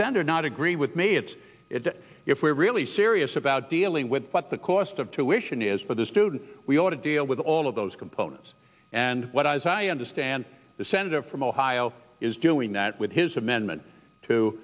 about and does not agree with me it's it if we're really serious about dealing with what the cost of tuition is for the students we ought to deal with all of those components and what as i understand the senator from ohio is doing that with his amendment to